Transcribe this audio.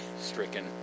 stricken